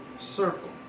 circle